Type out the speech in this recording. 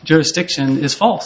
jurisdiction is false